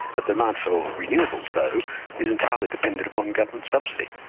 demand for renewables though is entirely dependent upon government subsidy.